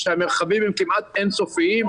שהמרחבים הם כמעט אין-סופיים,